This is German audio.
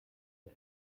der